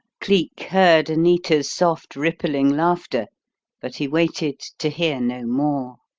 cleek heard anita's soft rippling laughter but he waited to hear no more.